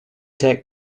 tech